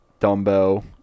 Dumbo